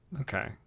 Okay